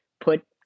put